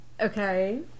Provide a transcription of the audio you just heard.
Okay